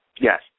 Yes